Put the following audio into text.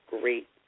great